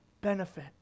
benefit